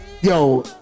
Yo